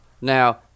now